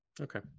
Okay